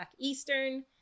eastern